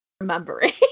remembering